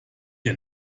der